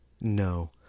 No